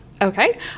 Okay